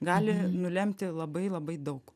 gali nulemti labai labai daug